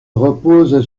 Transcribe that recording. repose